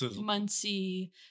Muncie